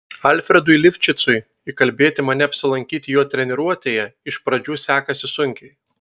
alfredui lifšicui įkalbėti mane apsilankyti jo treniruotėje iš pradžių sekasi sunkiai